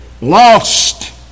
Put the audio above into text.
lost